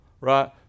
Right